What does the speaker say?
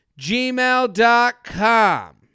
gmail.com